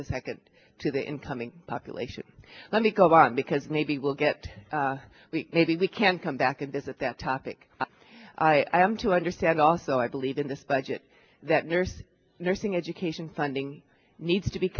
the second to the incoming population let me go on because maybe we'll get maybe we can come back and visit that topic i am to understand also i believe in this budget that nurse nursing education funding needs to be